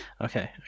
Okay